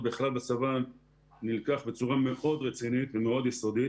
בכלל בצבא נלקח בצורה מאוד רצינית ומאוד יסודית